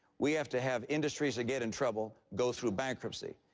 we have to have industries that get in trouble, go through bankruptcy.